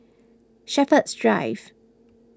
Shepherds Drive